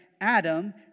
Adam